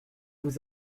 vous